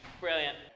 Brilliant